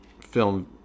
film